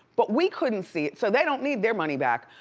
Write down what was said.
but we couldn't see it, so they don't need their money back.